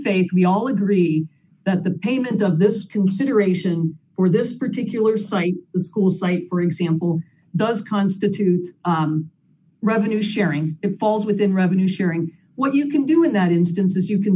faith we all agree that the payment of this consideration for this particular site schools i presume does constitute revenue sharing it falls within revenue sharing what you can do in that instance as you can